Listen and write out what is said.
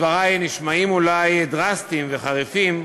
דברי נשמעים אולי דרסטיים וחריפים,